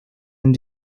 and